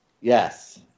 Yes